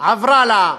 עברה לוועדה,